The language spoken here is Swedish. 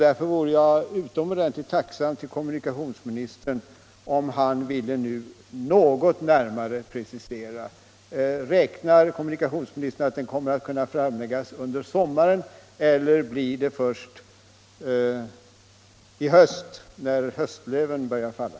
Därför vore jag kommunikationsministern utomordentligt tacksam om han ville något närmare precisera svaret. Räknar kommunikationsministern med att propositionen kommer att kunna framläggas under sommaren, eller blir det först när höstlöven börjar falla?